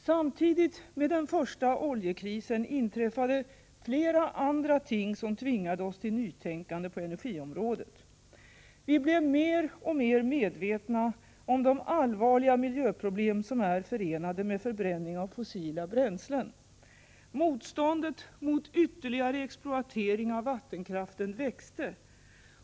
Samtidigt med den första oljekrisen inträffade flera andra ting som tvingade oss till nytänkande på energiområdet. Vi blev mer och mer medvetna om de allvarliga miljöproblem som är förenade med förbränning av fossila bränslen. Motståndet mot ytterligare exploatering av vattenkraften växte.